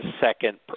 second